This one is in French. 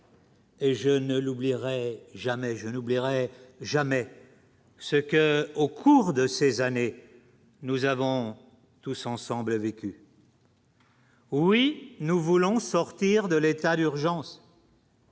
Et je ne l'oublierai jamais je n'oublierai jamais. Ce que, au cours de ces années, nous avons tous ensemble, vécu. Oui, nous voulons sortir de l'état d'urgence.